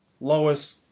Lois